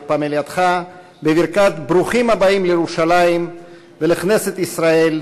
פמלייתך בברכת ברוכים הבאים לירושלים ולכנסת ישראל,